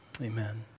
amen